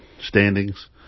standings